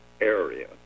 area